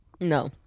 No